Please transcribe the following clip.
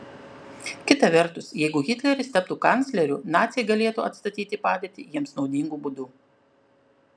kita vertus jeigu hitleris taptų kancleriu naciai galėtų atstatyti padėtį jiems naudingu būdu